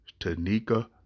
Tanika